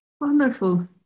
Wonderful